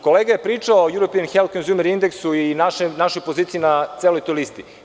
Kolega je pričao „European Health Consumer Indexu“ i našoj poziciji na celoj toj listi.